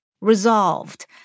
Resolved